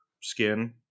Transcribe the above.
skin